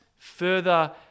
further